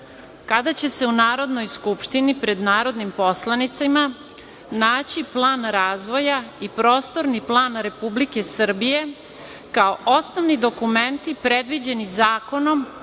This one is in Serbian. Kada će se u Narodnoj skupštini pred narodnim poslanicima naći plan razvoja i prostorni plan Republike Srbije kao osnovni dokumenti predviđeni Zakonom